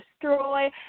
destroy